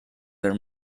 their